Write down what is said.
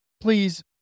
Please